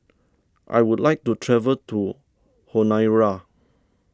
I would like to travel to Honiara